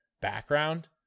background